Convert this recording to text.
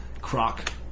croc